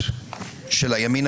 שנתיים?